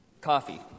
Coffee